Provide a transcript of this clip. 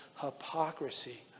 hypocrisy